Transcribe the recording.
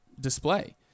display